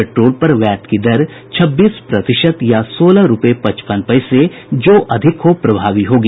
petrol पर VAT की दर छब्बीस प्रतिशत या सोलह रूपये पचपन पैसे जो अधिक हो प्रभावी होगी